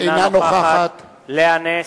אינה נוכחת לאה נס,